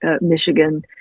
michigan